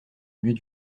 mieux